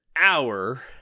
hour